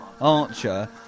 Archer